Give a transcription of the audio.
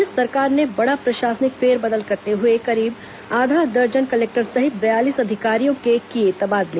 राज्य सरकार ने बड़ा प्रशासनिक फेरबदल करते हुए करीब आधा दर्जन कलेक्टर सहित बयालीस अधिकारियों के किए तबादले